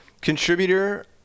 contributor